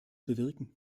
bewirken